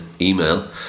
email